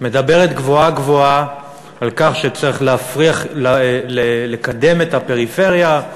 מדברת גבוהה-גבוהה על כך שצריך לקדם את הפריפריה,